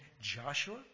Joshua